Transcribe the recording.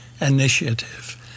Initiative